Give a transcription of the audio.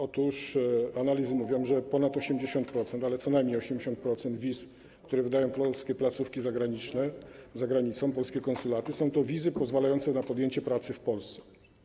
Otóż analizy mówią, że ponad 80% wiz, ale co najmniej 80% wiz, które wydają polskie placówki zagraniczne, za granicą, polskie konsulaty, to są wizy pozwalające na podjęcie pracy w Polsce.